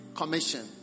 commission